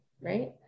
right